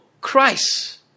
Christ